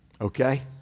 okay